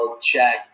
check